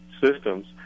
systems